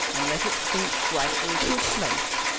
and let it sink gradually to its place.